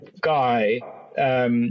guy